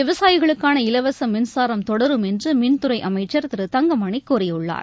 விவசாயிகளுக்கான இலவச மின்சாரம் தொடரும் என்று மின்துறை அமைச்சர் திரு தங்கமணி கூறியுள்ளார்